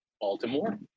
baltimore